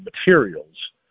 materials